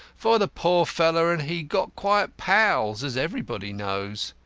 for the poor fellow and he got quite pals, as everybody knows.